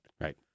Right